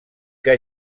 que